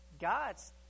God's